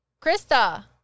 Krista